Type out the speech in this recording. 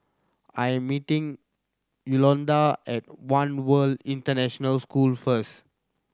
I am meeting Yolonda at One World International School first